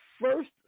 first